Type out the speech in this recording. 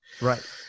Right